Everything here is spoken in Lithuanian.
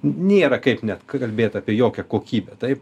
nėra kaip net kalbėt apie jokią kokybę taip